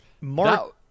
Mark